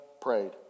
prayed